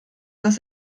dass